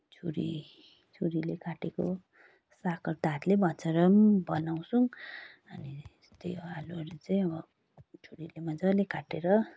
छुरी छुरीले काटेको सागहरू त हातले भँचाएर पनि बनाउँछौँ अनि त्यही हो आलुहरू चाहिँ अब छुरीले मजाले काटेर